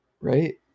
right